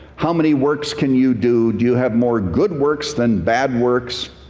how many works can you do? do you have more good works than bad works?